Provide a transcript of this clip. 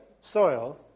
soil